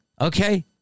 Okay